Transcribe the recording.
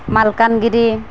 Malkangiri